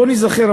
בואו ניזכר,